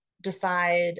decide